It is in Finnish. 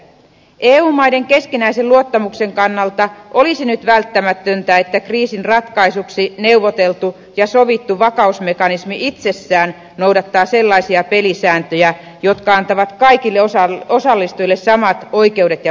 eu maiden keskinäisen luottamuksen kannalta olisi nyt välttämätöntä että kriisin ratkaisuksi neuvoteltu ja sovittu vakausmekanismi itsessään noudattaa sellaisia pelisääntöjä jotka antavat kaikille osallistujille samat oikeudet ja velvollisuudet